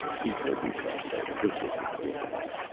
he told himself that this was ridiculous.